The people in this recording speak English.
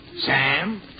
Sam